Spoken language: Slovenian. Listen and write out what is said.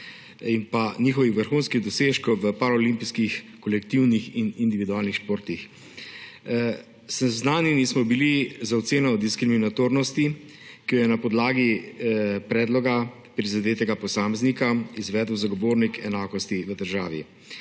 ter njihovih vrhunskih dosežkov v paraolimpijskih kolektivnih in individualnih športih. Seznanjeni smo bili z oceno o diskriminatornosti, ki jo je na podlagi predloga prizadetega posameznika izvedel Zagovornik načela enakosti v državi.